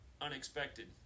unexpected